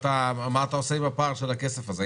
מה אתה עושה עם הפער של הכסף הזה?